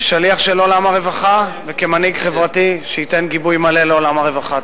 כשליח של עולם הרווחה וכמנהיג חברתי שייתן גיבוי מלא לעולם הרווחה.